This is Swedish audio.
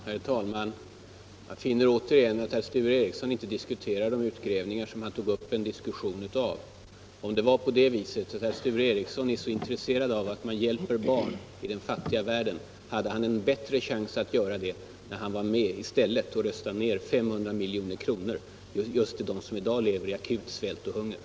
Herr talman! Jag finner återigen att Sture Ericson inte diskuterar de utgrävningar som han tog upp en diskussion om. Om herr Ericson nu är så intresserad av att man hjälper barn i den fattiga världen, hade «han en bättre chans att göra det vid det tillfälle då vi röstade om vårt förslag om 500 milj.kr. mer till dem som i dag lever i akut svält och hunger.